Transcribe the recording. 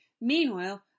meanwhile